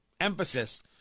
emphasis